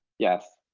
yes.